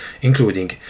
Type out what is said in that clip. including